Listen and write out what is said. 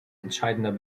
entscheidender